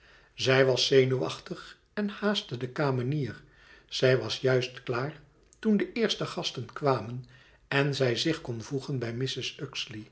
zij was zenuwachtig en haastte de kamenier zij was juist klaar toen de eerste gasten kwamen en zij zich kon voegen bij